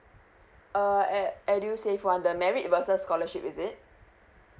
err e~ edusave one the merit versus scholarship is it